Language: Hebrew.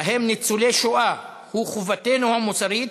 ובהם ניצולי שואה, הוא חובתנו המוסרית,